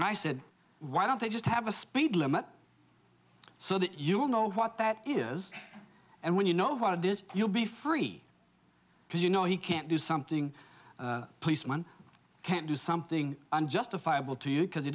i said why don't they just have a speed limit so that you will know what that is and when you know what it is you'll be free because you know you can't do something policeman can't do something unjustifiable to you because he